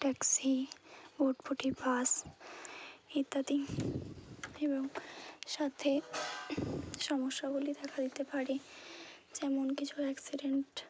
taxi ভুটভুটি bus ইত্যাদি এবং সাথে সমস্যাগুলি দেখা দিতে পারে যেমন কিছু অ্যাক্সিডেন্ট